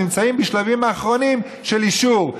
שנמצאים בשלבים האחרונים של אישור.